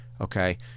okay